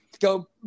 go